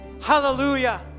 hallelujah